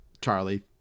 Charlie